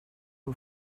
him